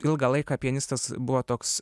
ilgą laiką pianistas buvo toks